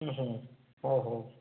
ହୁଁ ହୁଁ ହେଉ ହେଉ